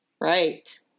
Right